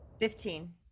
Fifteen